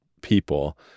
people